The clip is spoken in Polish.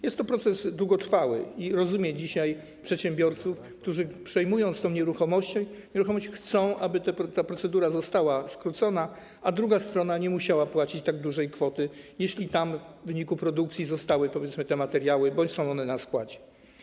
Jest to proces długotrwały i rozumiem dzisiaj przedsiębiorców, którzy przejmując taką nieruchomość, chcą, aby ta procedura została skrócona, a druga strona nie musiała płacić tak dużej kwoty, jeśli tam w wyniku produkcji zostały, powiedzmy, te materiały bądź jeśli są one na składzie.